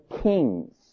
kings